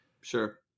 Sure